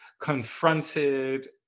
confronted